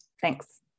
Thanks